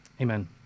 amen